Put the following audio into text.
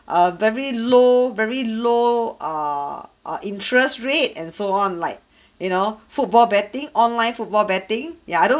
err very low very low err err interest rate and so on like you know football betting online football betting ya I don't